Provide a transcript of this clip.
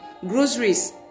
Groceries